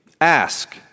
ask